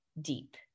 deep